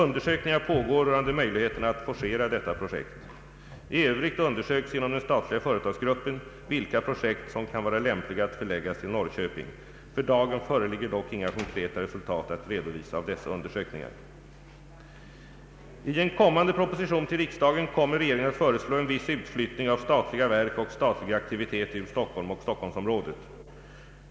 Undersökningar pågår rörande möjligheterna att forcera detta projekt. I övrigt undersöks inom den statliga företagsgruppen vilka projekt som kan vara lämpliga att förläggas till Norrköping. För dagen föreligger dock inga konkreta resultat att redovisa av dessa undersökningar. I en kommande proposition till riksdagen ämnar regeringen föreslå en viss utflyttning av statliga verk och statlig aktivitet ur Stockholm och Stockholmsområdet.